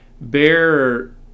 Bear